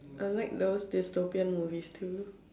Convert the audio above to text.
I like those the dystopian movies too